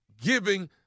giving